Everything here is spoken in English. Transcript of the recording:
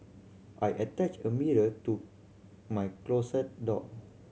I attached a mirror to my closet door